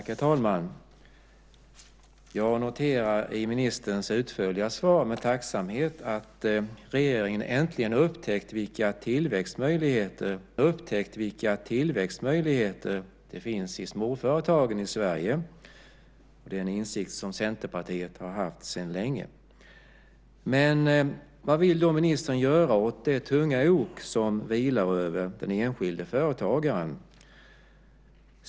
Herr talman! Jag noterar i ministerns utförliga svar med tacksamhet att regeringen äntligen har upptäckt vilka tillväxtmöjligheter det finns i småföretagen i Sverige. Det är en insikt som Centerpartiet har haft sedan länge. Vad vill då ministern göra åt det tunga ok som vilar över den enskilde företagaren?